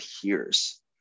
hears